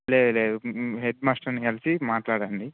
లేదు లేదు హెడ్మాస్టర్ని కలిసి మాట్లాడండి